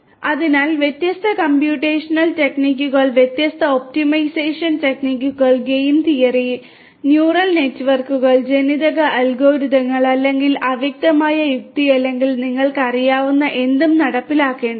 അതിനാൽ വ്യത്യസ്ത കമ്പ്യൂട്ടേഷണൽ ടെക്നിക്കുകൾ വ്യത്യസ്ത ഒപ്റ്റിമൈസേഷൻ ടെക്നിക്കുകൾ ഗെയിം തിയറി ന്യൂറൽ നെറ്റ്വർക്കുകൾ ജനിതക അൽഗോരിതങ്ങൾ അല്ലെങ്കിൽ അവ്യക്തമായ യുക്തി അല്ലെങ്കിൽ നിങ്ങൾക്ക് അറിയാവുന്ന എന്തും നടപ്പിലാക്കേണ്ടതുണ്ട്